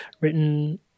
written –